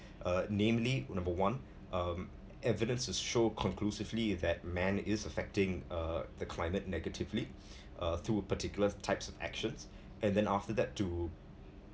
uh namely number one um evidences show conclusively that man is affecting uh the climate negatively uh to particular types of actions and then after that to